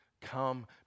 Come